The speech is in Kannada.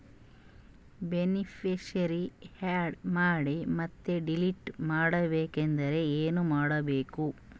ಬೆನಿಫಿಶರೀ, ಆ್ಯಡ್ ಮಾಡಿ ಮತ್ತೆ ಡಿಲೀಟ್ ಮಾಡಬೇಕೆಂದರೆ ಏನ್ ಮಾಡಬೇಕು?